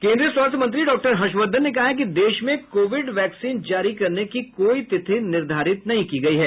केन्द्रीय स्वास्थ्य मंत्री डॉक्टर हर्षवर्धन ने कहा कि देश में कोविड वैक्सीन जारी करने की कोई तिथि निर्धारित नहीं की गई है